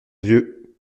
vieux